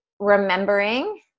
remembering